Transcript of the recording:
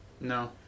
No